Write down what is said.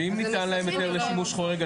ואם ניתן להם היתר לשימוש חורג,